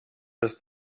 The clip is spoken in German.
ist